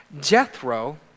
Jethro